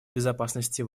безопасности